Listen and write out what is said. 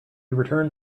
returned